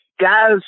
guys